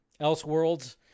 Elseworlds